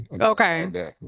Okay